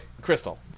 Crystal